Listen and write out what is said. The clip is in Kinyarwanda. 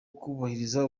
kubahiriza